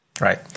Right